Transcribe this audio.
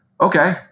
okay